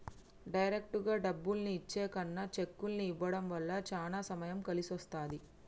డైరెక్టుగా డబ్బుల్ని ఇచ్చే కన్నా చెక్కుల్ని ఇవ్వడం వల్ల చానా సమయం కలిసొస్తది